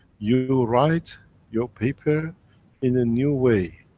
you write your paper in a new way,